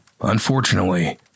unfortunately